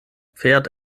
pferd